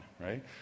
right